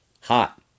Hot